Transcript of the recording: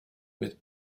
with